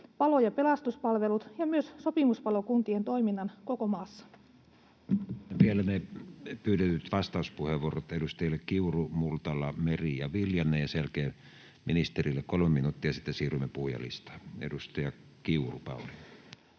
turvallisuudesta Time: 15:47 Content: Vielä pyydetyt vastauspuheenvuorot edustajille Kiuru, Multala, Meri ja Viljanen. Sen jälkeen ministerille kolme minuuttia, ja sitten siirrymme puhujalistaan. — Edustaja Kiuru, Pauli.